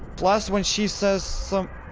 plus when she says some.